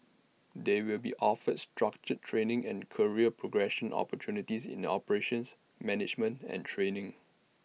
they will be offered structured training and career progression opportunities in the operations management and training